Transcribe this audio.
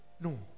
no